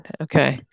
okay